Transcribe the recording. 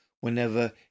whenever